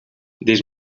dis